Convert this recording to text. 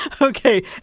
Okay